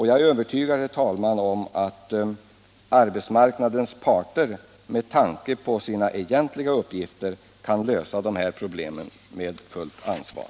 Jag är övertygad om att arbetsmarknadens parter, med tanke på sina egentliga uppgifter, kan lösa dessa problem under ansvar.